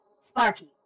sparky